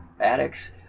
addicts